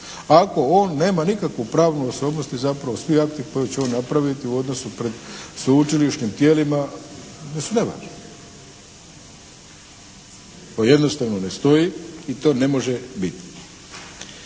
ako on nema nikakvu pravnu osobnost i zapravo svi akti koje će on napraviti u odnosu pred sveučilišnim tijelima da su nevažni. To jednostavno ne stoji i to ne može biti.